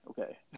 Okay